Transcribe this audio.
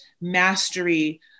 mastery